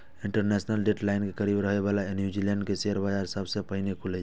international date line के करीब रहै बला न्यूजीलैंड के शेयर बाजार सबसं पहिने खुलै छै